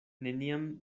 neniam